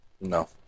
No